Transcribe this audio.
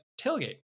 tailgate